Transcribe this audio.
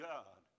God